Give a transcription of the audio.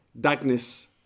Darkness